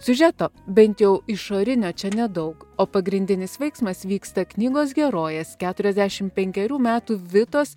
siužeto bent jau išorinio čia nedaug o pagrindinis veiksmas vyksta knygos herojės keturiasdešimt penkerių metų vitos